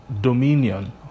dominion